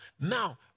Now